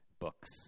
books